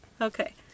Okay